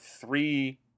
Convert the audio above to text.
three